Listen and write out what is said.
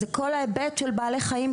זה כל ההיבט של בעלי חיים.